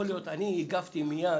יכול להיות, אני הגבתי מיד